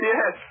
Yes